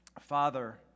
Father